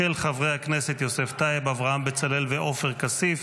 של חברי הכנסת יוסף טייב, אברהם בצלאל ועופר כסיף.